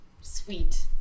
Sweet